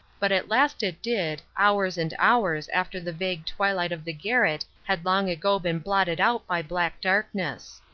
but at last it did, hours and hours after the vague twilight of the garret had long ago been blotted out by black darkness.